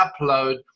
upload